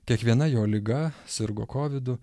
kiekviena jo liga sirgo kovidu